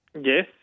Yes